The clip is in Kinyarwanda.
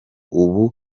ubu